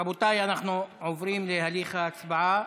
רבותיי, אנחנו עוברים להליך ההצבעה.